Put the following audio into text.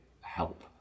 help